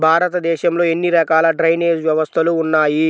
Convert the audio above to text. భారతదేశంలో ఎన్ని రకాల డ్రైనేజ్ వ్యవస్థలు ఉన్నాయి?